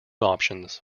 options